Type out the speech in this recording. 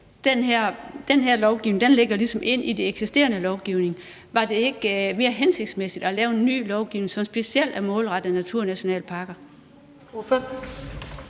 Den her lovgivning lægger sig ligesom ind i den eksisterende lovgivning. Var det ikke mere hensigtsmæssigt at lave en ny lovgivning, som specielt er målrettet naturnationalparker?